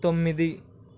తొమ్మిది